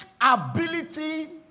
ability